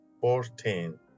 Fourteen